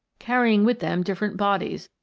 carrying with them different bodies,